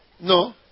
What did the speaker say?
No